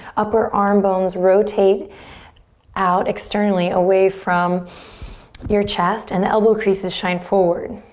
upper arm bones rotate out, externally, away from your chest and the elbow creases shine forward.